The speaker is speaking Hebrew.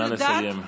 נא לסיים.